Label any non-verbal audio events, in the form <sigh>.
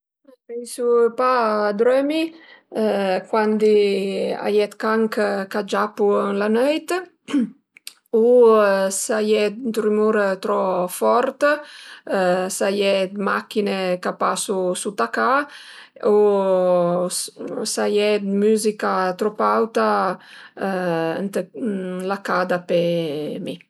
Riesu pa a drömi cuandi a ie 'd can ch'a giapi ën la nöit <noise> u s'a ie 'd rumur trop fort, s'a ie 'd machin-e ch'a pasu sut a ca u s'a ie 'd müzica trop auta ën la ca dapè mi